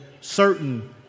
certain